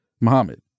Muhammad